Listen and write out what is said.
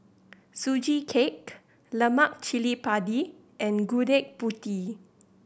Sugee Cake lemak cili padi and Gudeg Putih